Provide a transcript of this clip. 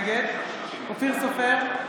נגד אופיר סופר,